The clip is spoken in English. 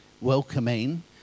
welcoming